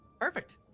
Perfect